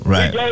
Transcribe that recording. Right